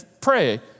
Pray